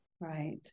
Right